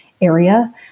area